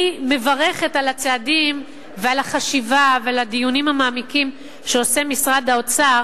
אני מברכת על הצעדים ועל החשיבה ועל הדיונים המעמיקים שעושה משרד האוצר